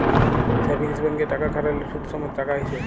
savings ব্যাংকে টাকা খ্যাট্যাইলে সুদ সমেত টাকা আইসে